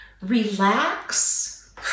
Relax